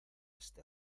este